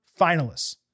finalists